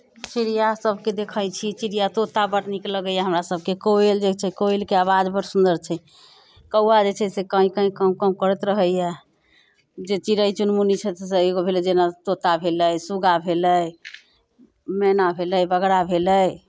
चिड़ियासभके देखैत छी चिड़िया तोता बड़ नीक लगैए हमरा सभके कोयल जे छै कोयलके आवाज बड़ सुन्दर छै कौवा जे छै से काँय काँय काँव काँव करैत रहैए जे चिड़ै चुनमुनी छथि से एगो भेलै जेना तोता भेलै सुगा भेलै मेना भेलै बगड़ा भेलै